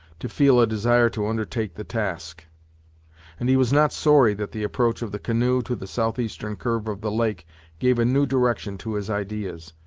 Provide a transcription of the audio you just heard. to feel a desire to undertake the task and he was not sorry that the approach of the canoe to the southeastern curve of the lake gave a new direction to his ideas.